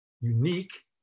unique